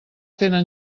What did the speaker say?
tenen